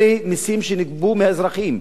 אלה מסים שנגבו מהאזרחים,